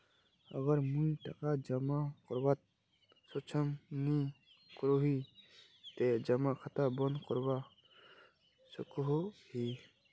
अगर मुई टका जमा करवात सक्षम नी करोही ते जमा खाता बंद करवा सकोहो ही?